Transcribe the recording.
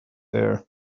there